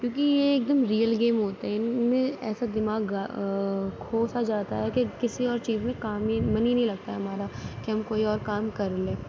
کیوںکہ یہ ایک دم ریئل گیم ہوتے ہیں اِن میں ایسا دماغ کھو سا جاتا ہے کہ کسی اور چیز میں کام ہی من ہی نہیں لگتا ہے ہمارا کہ ہم کوئی اور کام کر لیں